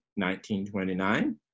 1929